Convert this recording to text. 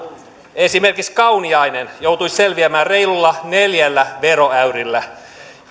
esimerkiksi kauniainen joutuisi selviämään reilulla neljällä veroäyrillä